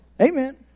Amen